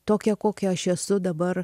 tokia kokia aš esu dabar